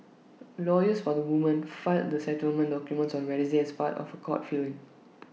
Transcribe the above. lawyers for the women filed the settlement documents on Wednesday as part of A court filing